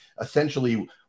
essentially